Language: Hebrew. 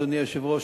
אדוני היושב-ראש,